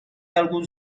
algún